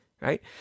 Right